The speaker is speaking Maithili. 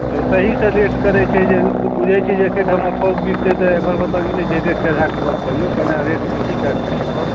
लोक सहीसँ रेट करै छै जे बुझै छै जे एकेठमा थोक बिकतै तऽ एकर मतलब ई नहि जे रेट चढ़ाके गप करिऔ कनी रेट अथी कऽ कऽ करिऔ गप